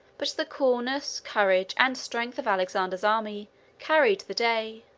but the coolness, courage, and strength of alexander's army carried the day.